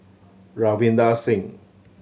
Ravinder Singh